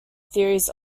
theories